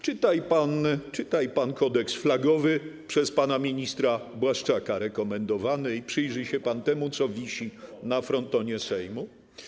Czytaj pan kodeks flagowy przez pana ministra Błaszczaka rekomendowany i przyjrzyj się pan temu, co wisi na frontonie Sejmu.